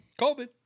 COVID